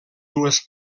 dues